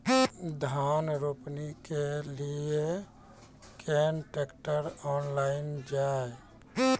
धान रोपनी के लिए केन ट्रैक्टर ऑनलाइन जाए?